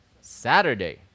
Saturday